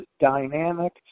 dynamic